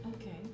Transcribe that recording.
okay